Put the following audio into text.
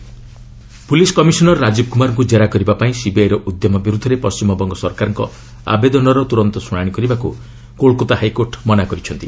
Calcutta HC CBI police commissioner Rajiv କୁମାରଙ୍କୁ ଜେରା କରିବା ପାଇଁ ସିବିଆଇର ଉଦ୍ୟମ ବିରୁଦ୍ଧରେ ପଣ୍ଟିମବଙ୍ଗ ସରକାରଙ୍କ ଆବେଦନର ତୁରନ୍ତ ଶୁଣାଣି କରିବାକୁ କୋଲକାତା ହାଇକୋର୍ଟ ମନା କରିଛନ୍ତି